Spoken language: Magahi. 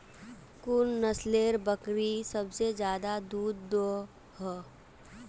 कुन नसलेर बकरी सबसे ज्यादा दूध दो हो?